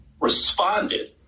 responded